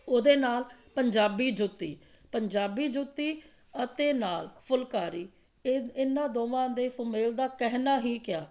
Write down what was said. ਉਹਦੇ ਨਾਲ ਪੰਜਾਬੀ ਜੁੱਤੀ ਪੰਜਾਬੀ ਜੁੱਤੀ ਅਤੇ ਨਾਲ ਫੁਲਕਾਰੀ ਇਹ ਇਨ੍ਹਾਂ ਦੋਵਾਂ ਦੇ ਸੁਮੇਲ ਦਾ ਕਹਿਣਾ ਹੀ ਕਿਆ